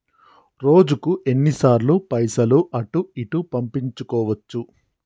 రోజుకు ఎన్ని సార్లు పైసలు అటూ ఇటూ పంపించుకోవచ్చు?